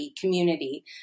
community